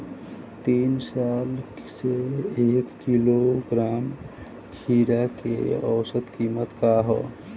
तीन साल से एक किलोग्राम खीरा के औसत किमत का ह?